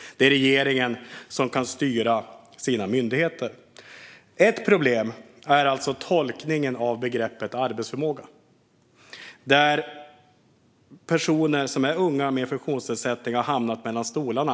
Det är regeringen som kan styra sina myndigheter. Ett problem är alltså tolkningen av begreppet arbetsförmåga. Personer som är unga och har en funktionsnedsättning har hamnat mellan stolarna.